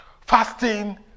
Fasting